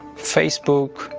facebook,